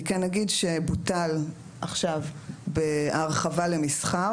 אני כן אגיד שבוטל עכשיו בהרחבה למסחר,